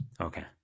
Okay